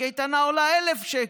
הקייטנה עולה 1,000 שקלים.